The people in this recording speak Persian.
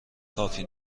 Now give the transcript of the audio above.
کافی